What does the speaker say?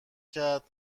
کرد